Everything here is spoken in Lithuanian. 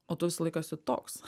o tu visą laiką esi toks